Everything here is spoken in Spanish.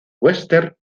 webster